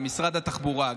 למשרד התחבורה.